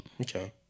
Okay